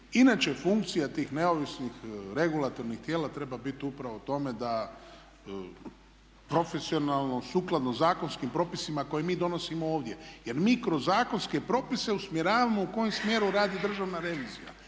Inače funkcija tih neovisnih, regulatornih tijela treba biti upravo o tome da profesionalno, sukladno zakonskim propisima koje mi donosimo ovdje. Jer mi kroz zakonske propise usmjeravamo u kojem smjeru radi Državna revizija.